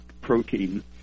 protein